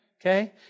Okay